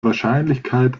wahrscheinlichkeit